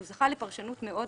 מונח זה זכה לפרשנות מאוד